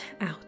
out